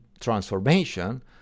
transformation